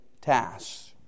tasks